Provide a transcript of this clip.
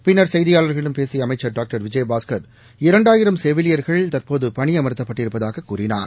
பின்னர் செய்தியாளர்களிடம் பேசிய அமைச்சர் டாக்டர் விஜயபாஸ்கர் இரண்டாயிரம் செவிலியர்கள் தற்போது பணியமா்த்தப்பட்டிருப்பதாகக் கூறினார்